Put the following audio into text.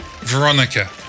Veronica